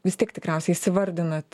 vis tiek tikriausiai įsivardinat